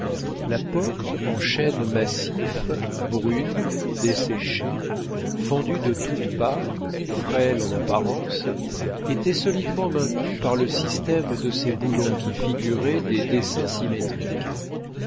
la porte en chêne massif brune desséchée fendue de toutes parts frêle en apparence était solidement maintenue par le système de ses boulons qui figuraient des dessins symétriques